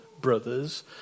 brothers